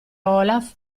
olaf